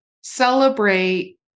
celebrate